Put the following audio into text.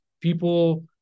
people